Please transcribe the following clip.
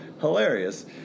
Hilarious